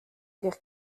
ger